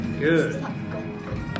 Good